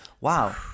wow